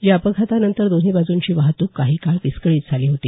या अपघातानंतर दोन्ही बाजूंची वाहतूक काही काळ विस्कळीत झाली होती